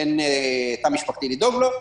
אין תא משפחתי לדאוג לו,